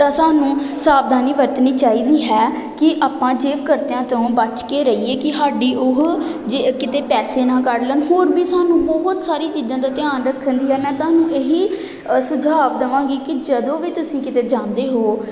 ਤਾਂ ਸਾਨੂੰ ਸਾਵਧਾਨੀ ਵਰਤਣੀ ਚਾਹੀਦੀ ਹੈ ਕਿ ਆਪਾਂ ਜੇਬ ਕਤਰਿਆਂ ਤੋਂ ਬਚ ਕੇ ਰਹੀਏ ਕਿ ਸਾਡੀ ਓਹ ਜੇ ਕਿਤੇ ਪੈਸੇ ਨਾ ਕੱਢ ਲੈਣ ਹੋਰ ਵੀ ਸਾਨੂੰ ਬਹੁਤ ਸਾਰੀਆਂ ਚੀਜ਼ਾਂ ਦਾ ਧਿਆਨ ਰੱਖਣ ਦੀ ਹੈ ਮੈਂ ਤੁਹਾਨੂੰ ਇਹੀ ਸੁਝਾਵ ਦਵਾਂਗੀ ਕਿ ਜਦੋਂ ਵੀ ਤੁਸੀ ਕਿਤੇ ਜਾਂਦੇ ਹੋ